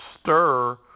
stir